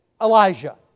Elijah